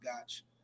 Gotch